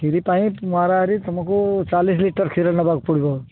ଖିରି ପାଇଁ ହାରାହାରି ତୁମକୁ ଚାଳିଶ ଲିଟର କ୍ଷୀର ନେବାକୁ ପଡ଼ିବ